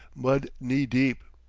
mud knee-deep.